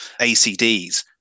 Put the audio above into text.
ACDS